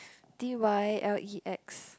D_Y_L_E_X